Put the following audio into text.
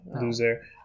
loser